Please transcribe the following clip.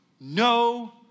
no